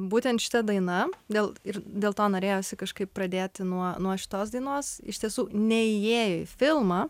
būtent šita daina dėl ir dėl to norėjosi kažkaip pradėti nuo nuo šitos dainos iš tiesų neįėjo į filmą